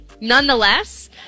nonetheless